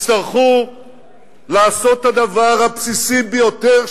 תצטרכו לעשות את הדבר הבסיסי ביותר,